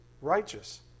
righteous